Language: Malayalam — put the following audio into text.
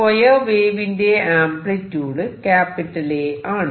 സ്ക്വയർ വേവിന്റെ ആംപ്ലിട്യൂഡ് A ആണ്